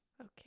Okay